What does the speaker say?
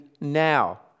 now